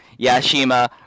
Yashima